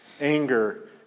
anger